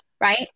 right